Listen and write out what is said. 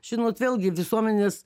žinot vėlgi visuomenės